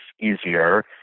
easier